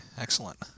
Excellent